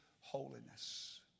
holiness